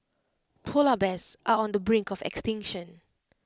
Polar Bears are on the brink of extinction